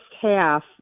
half